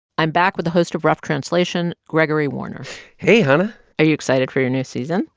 i'm back with the host of rough translation, gregory warner hey, hanna are you excited for your new season?